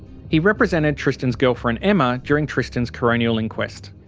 he represented tristan's girlfriend emma during tristan's coronial inquest.